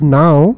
now